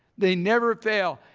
they never fail.